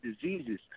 diseases